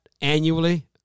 annually